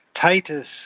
Titus